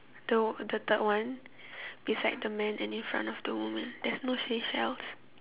the the third one beside the man and in front of the woman there's no seashells